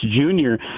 junior